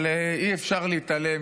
אבל אי-אפשר להתעלם,